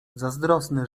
zazdrosny